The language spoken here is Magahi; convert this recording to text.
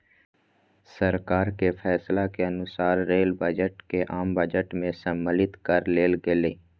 सरकार के फैसला के अनुसार रेल बजट के आम बजट में सम्मलित कर लेल गेलय